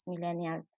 millennials